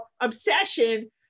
obsession